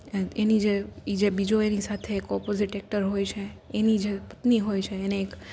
એની જે ઈ જે બીજો એની સાથે એક ઓપોઝિટ એક્ટર હોય છે એની જે પત્ની હોય છે એને એક